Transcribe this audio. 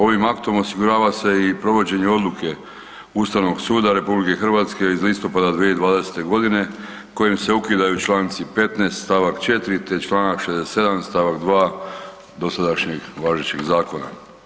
Ovim aktom osigurava se i provođenje odluke Ustavnog suda RH iz listopada 2020. godine kojom se ukidaju Članci 15. stavak 4. te Članak 67. stavak 2. dosadašnjeg važećeg zakona.